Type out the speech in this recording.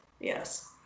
yes